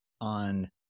on